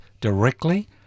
directly